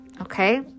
okay